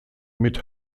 mit